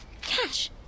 Cash